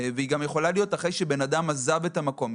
ויכולה גם להיות אחרי שבן אדם עזב את המקום.